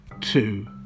two